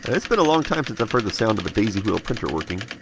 it's been a long time since i've heard the sound of a daisy wheel printer working!